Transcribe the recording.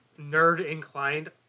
nerd-inclined